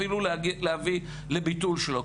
אפילו להביא לביטול שלו,